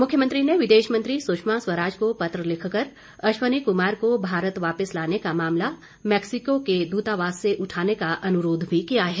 मुख्यमंत्री ने विदेश मंत्री सुषमा स्वराज को पत्र लिखकर अश्वनी कुमार को भारत वापिस लाने का मामला मैक्सिको के दूतावास से उठाने का अनुरोध भी किया है